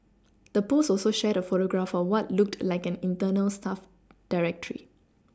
the post also shared a photograph of what looked like an internal staff directory